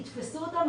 יתפסו אותם,